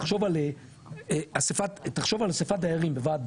נניח תחשוב על אספת דיירים בוועד בית,